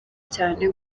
cyane